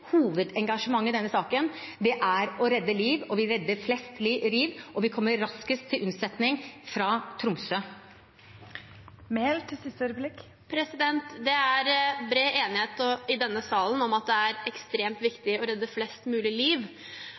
hovedengasjement i denne saken er å redde liv, og vi redder flest liv og kommer raskest til unnsetning fra Tromsø. Det er bred enighet i denne salen om at det er ekstremt viktig å redde flest mulig liv,